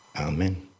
Amen